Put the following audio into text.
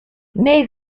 mais